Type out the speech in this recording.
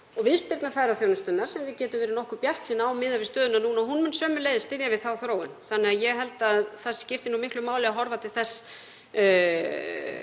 að viðspyrna ferðaþjónustunnar, sem við getum verið nokkuð bjartsýn á miðað við stöðuna núna, muni sömuleiðis styðja við þá þróun, þannig að ég held að það skipti miklu máli að horfa til